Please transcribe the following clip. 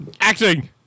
Acting